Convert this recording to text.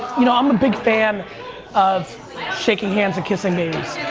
you know, i'm a big fan of shaking hands and kissing babies.